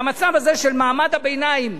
והמצב הזה של מעמד הביניים,